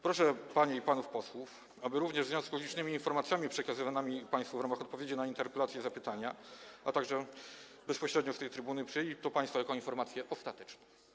Proszę panie i panów posłów, również w związku z licznymi informacjami przekazywanymi państwu w ramach odpowiedzi na interpelacje i zapytania, a także bezpośrednio z tej trybuny, aby przyjęli to państwo jako informację ostateczną.